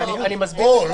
או.